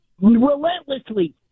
relentlessly